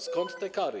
Skąd te kary?